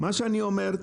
מה שאני אומר,